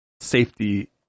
Safety